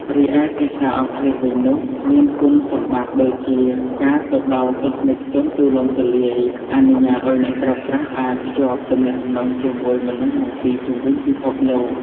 រីឯភាសាអង់គ្លេសវិញនោះមានគុណសម្បត្តិដូចជាការទៅដល់ទស្សនិកជនទូលំទូលាយ អនុញ្ញាតឲ្យអ្នកប្រើប្រាស់អាចភ្ជាប់ទំនាក់ទំនងជាមួយមនុស្សមកពីជុំវិញពិភពលោក។